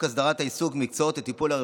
הסדרת העיסוק במקצועות לטיפול הרפואי,